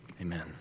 Amen